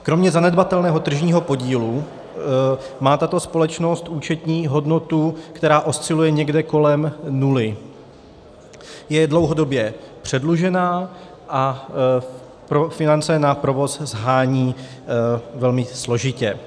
Kromě zanedbatelného tržního podílu má tato společnost účetní hodnotu, která osciluje někde kolem nuly, je dlouhodobě předlužená a finance na provoz shání velmi složitě.